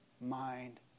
mind